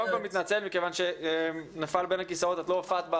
תשמעי, את שולפת ורואה.